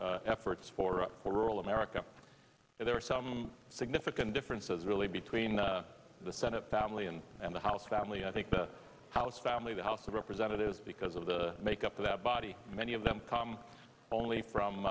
thomas efforts for poor rural america and there are some significant differences really between the senate family and and the house family i think the house family the house of representatives because of the makeup of that body many of them come only from